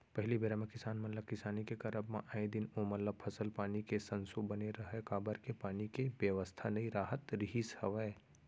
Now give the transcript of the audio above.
पहिली बेरा म किसान मन ल किसानी के करब म आए दिन ओमन ल फसल पानी के संसो बने रहय काबर के पानी के बेवस्था नइ राहत रिहिस हवय